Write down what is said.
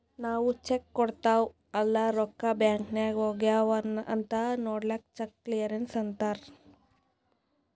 ನಾವ್ ಚೆಕ್ ಕೊಡ್ತಿವ್ ಅಲ್ಲಾ ರೊಕ್ಕಾ ಬ್ಯಾಂಕ್ ನಾಗ್ ಹೋಗ್ಯಾವ್ ಅಂತ್ ನೊಡ್ಲಕ್ ಚೆಕ್ ಕ್ಲಿಯರೆನ್ಸ್ ಅಂತ್ತಾರ್